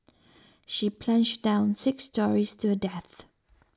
she plunged down six storeys to her death